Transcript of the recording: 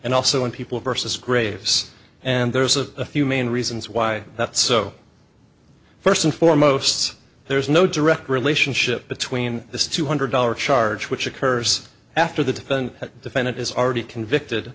and also in people versus graves and there's a few main reasons why that so first and foremost there's no direct relationship between this two hundred dollars charge which occurs after the been a defendant is already convicted